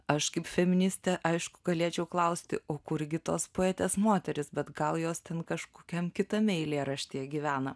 aš kaip feministė aišku galėčiau klausti o kurgi tos poetės moterys bet gal jos ten kažkokiam kitame eilėraštyje gyvena